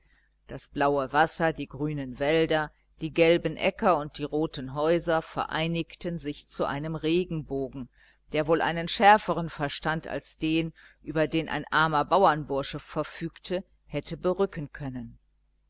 das blaue wasser die grünen wälder die gelben äcker und die roten häuser vereinigten sich zu einem regenbogen der wohl einen schärferen verstand als den über den ein armer bauernbursche verfügte hätte berücken können